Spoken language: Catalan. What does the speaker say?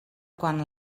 quan